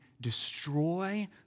destroy